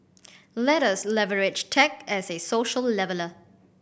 let us leverage tech as a social leveller